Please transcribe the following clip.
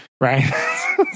Right